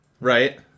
Right